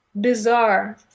bizarre